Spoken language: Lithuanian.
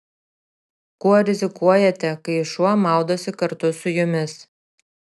kuo rizikuojate kai šuo maudosi kartu su jumis